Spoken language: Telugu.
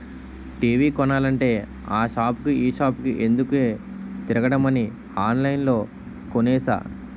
టీ.వి కొనాలంటే ఆ సాపుకి ఈ సాపుకి ఎందుకే తిరగడమని ఆన్లైన్లో కొనేసా